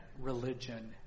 religion